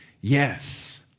yes